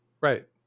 Right